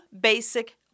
basic